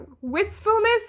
wistfulness